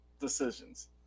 decisions